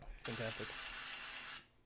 Fantastic